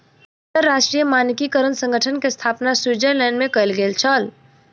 अंतरराष्ट्रीय मानकीकरण संगठन के स्थापना स्विट्ज़रलैंड में कयल गेल छल